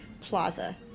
Plaza